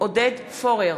עודד פורר,